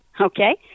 okay